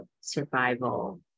survival